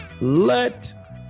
Let